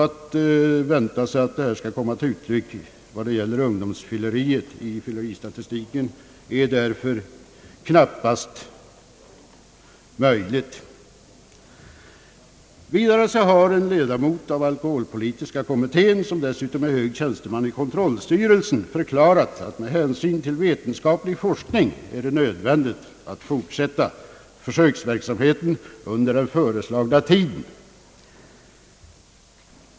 Att vänta sig att detta kommer fram i fylleristatistiken är därför knappast realistiskt. En ledamot av alkoholpolitiska kommittén som dessutom är tjänsteman i kontrollstyrelsen har förklarat att det med hänsyn till vetenskaplig forskning är nödvändigt att fortsätta försöksverksamheten under den föreslagna tiden.